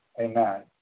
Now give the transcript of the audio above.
Amen